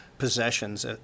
possessions